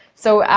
so,